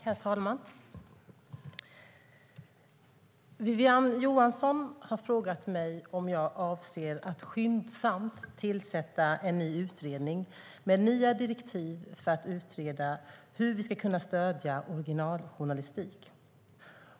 Herr talman! Wiwi-Anne Johansson har frågat mig om jag avser att skyndsamt tillsätta en ny utredning med nya direktiv för att utreda hur vi ska kunna stödja originaljournalistik.